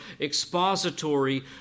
expository